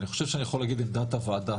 ואני חושב שאני יכול להגיד עמדת הועדה,